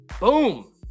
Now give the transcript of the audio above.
Boom